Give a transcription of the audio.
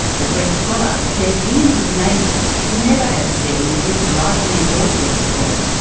but rex pollard says he and his neighbours have never had to deal with this right on their doorstep before.